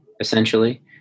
essentially